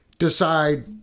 decide